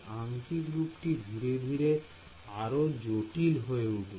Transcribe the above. আংকিক রুপটি ধীরে ধীরে আরো জটিল হয়ে উঠবে